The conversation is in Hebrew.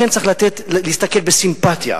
צריך להסתכל בסימפתיה